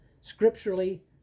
Scripturally